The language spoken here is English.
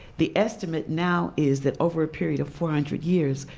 the estimate now is that over a period of four hundred years,